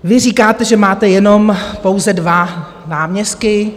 Vy říkáte, že máte jenom pouze dva náměstky.